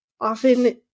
often